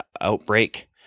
Outbreak